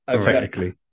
Technically